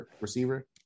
receiver